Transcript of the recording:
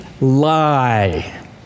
lie